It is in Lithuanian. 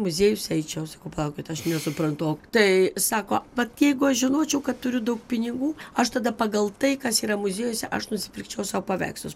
muziejus eičiau sakau palaukit aš nesuprantu o tai sako vat jeigu aš žinočiau kad turiu daug pinigų aš tada pagal tai kas yra muziejuose aš nusipirkčiau sau paveikslus